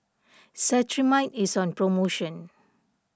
Cetrimide is on promotion